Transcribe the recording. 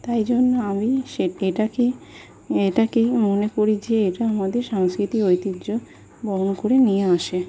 তাই জন্য আমি সে এটাকেই এটাকেই মনে করি যে এটা আমাদের সাংস্কৃতিক ঐতিহ্য বহন করে নিয়ে আসে